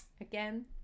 again